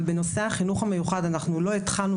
אבל בנושא החינוך המיוחד אנחנו לא התחלנו,